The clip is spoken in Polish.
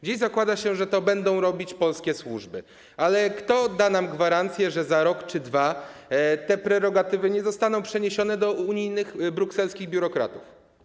Dziś zakłada się, że to będą robić polskie służby, ale kto da nam gwarancję, że za rok czy za 2 lata te prerogatywy nie zostaną przeniesione do unijnych brukselskich biurokratów.